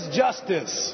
justice